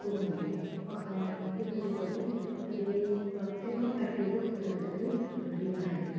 କୁହନ୍ତି ତ ଏବେକା ଯୁଗରେ ଏବେ ପ୍ରତ୍ୟେକ ପାଟିରେ କଥା କଥାରେ ରୂଢ଼ି ବାହାରେ